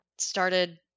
started